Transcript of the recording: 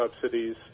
subsidies